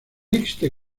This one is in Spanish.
este